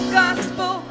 gospel